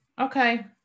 Okay